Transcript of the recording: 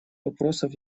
вопросов